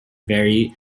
very